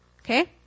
okay